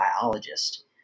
biologist